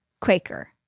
Quaker